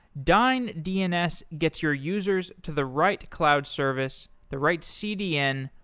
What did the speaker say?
dyn dns gets your users to the right cloud service, the right cdn,